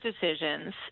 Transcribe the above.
decisions